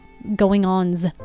going-ons